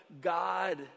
God